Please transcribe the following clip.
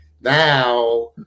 now